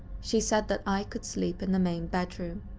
she said that i could sleep in the main bedroom.